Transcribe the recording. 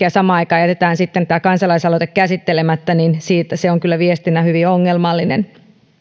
ja samaan aikaan jätämme sitten tämän kansalaisaloitteen käsittelemättä niin se on kyllä viestinä hyvin ongelmallinen